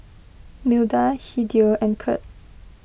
Milda Hideo and Kirt